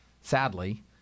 sadly